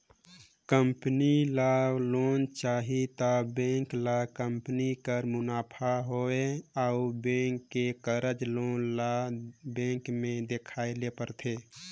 company ल loan चाही त बेंक ल कंपनी कर मुनाफा होए अउ बेंक के कारज योजना ल बेंक में देखाए ले परथे